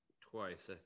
twice